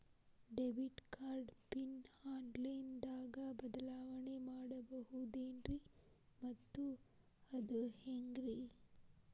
Debit card pin online ದಾಗ ಬದಲಾವಣೆ ಮಾಡಬಹುದೇನ್ರಿ ಮತ್ತು ಅದು ಹೆಂಗ್ರಿ?